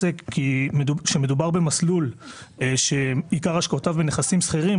כאשר מדובר במסלול שעיקר השקעותיו בנכסים סחירים,